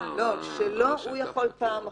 הוא יכול פעם אחת.